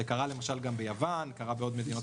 זה קרה למשל ביוון ובעוד מדינות,